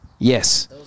Yes